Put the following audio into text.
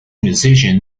musician